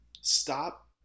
stop